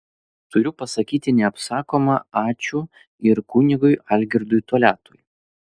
turiu pasakyti neapsakoma ačiū ir kunigui algirdui toliatui